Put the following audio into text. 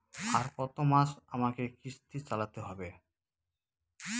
আর কতমাস আমাকে কিস্তি চালাতে হবে?